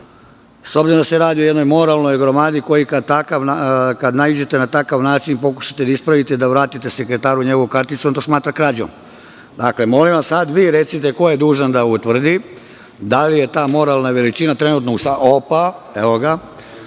da se radi o jednoj moralnoj gromadi koju, kad naiđete, na takav način, pokušavate da ispravite i da vratite sekretaru njegovu karticu, on to smatra krađom. Dakle, molim vas, sad vi recite ko je dužan da utvrdi da li je ta moralna veličina trenutno u sali? Opa, evo ga.